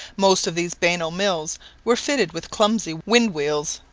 most of these banal mills were fitted with clumsy wind-wheels,